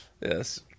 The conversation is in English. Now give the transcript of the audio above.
yes